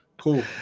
Cool